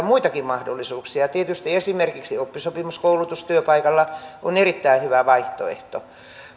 muitakin mahdollisuuksia tietysti esimerkiksi oppisopimuskoulutus työpaikalla on erittäin hyvä vaihtoehto